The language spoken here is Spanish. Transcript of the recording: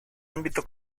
ámbito